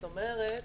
זאת אומרת,